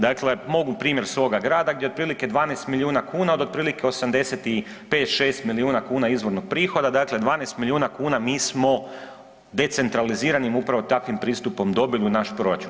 Dakle mogu primjer svoga grada gdje otprilike 12 milijuna kuna od otprilike 85, 6 milijuna izvornog prihoda, dakle 12 milijuna kuna mi smo decentraliziranim upravo takvim pristupom dobili u naš proračun.